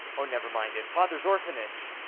oh, never mind it father's orphanage!